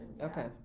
okay